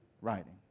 writing